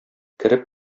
кереп